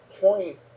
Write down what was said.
point